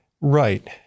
right